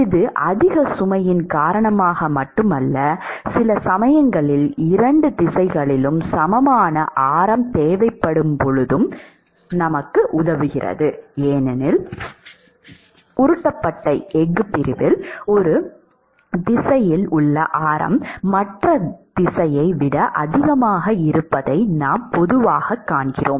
இது அதிக சுமையின் காரணமாக மட்டுமல்ல சில சமயங்களில் இரண்டு திசைகளிலும் சமமான ஆரம் தேவைப்படுகிறது ஏனெனில் உருட்டப்பட்ட எஃகு பிரிவில் ஒரு திசையில் உள்ள ஆரம் மற்ற திசையை விட அதிகமாக இருப்பதை நாம் பொதுவாகக் காண்கிறோம்